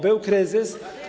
Był kryzys.